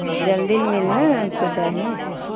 जल्दी मिलना हमको जाना है